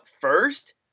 first